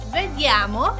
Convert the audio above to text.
vediamo